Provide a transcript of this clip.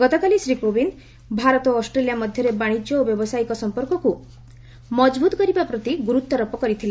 ଗତକାଲି ଶ୍ରୀ କୋବିନ୍ଦ୍ ଭାରତ ଓ ଅଷ୍ଟ୍ରେଲିଆ ମଧ୍ୟରେ ବାଶିଜ୍ୟ ଓ ବ୍ୟାବସାୟିକ ସମ୍ପର୍କକୁ ମଜବୁତ୍ କରିବା ପ୍ରତି ଗୁରୁତ୍ୱାରୋପ କରିଥିଲେ